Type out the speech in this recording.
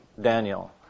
Daniel